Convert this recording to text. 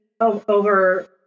over